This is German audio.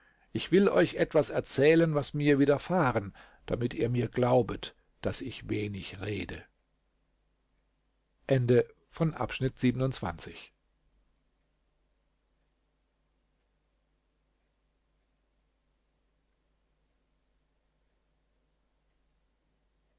ich will euch etwas erzählen was mir wiederfahren damit ihr mir glaubet daß ich wenig rede